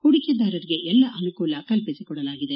ಹೂಡಿಕೆದಾರರಿಗೆ ಎಲ್ಲಾ ಅನುಕೂಲ ಕಲ್ಪಿಸಿಕೊಡಲಾಗಿದೆ